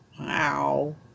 Wow